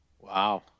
Wow